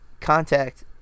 contact